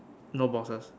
no boxes